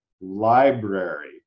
Library